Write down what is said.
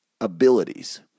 abilities